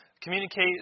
communicate